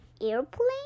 airplane